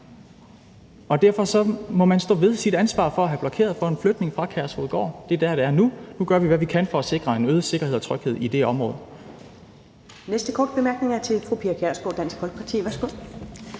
Derfor må man stå ved sit ansvar for at have blokeret for en flytning fra Kærshovedgård. Det er dér, det er nu. Nu gør vi, hvad vi kan, for at sikre en øget sikkerhed og tryghed i det område.